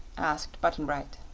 asked button-bright.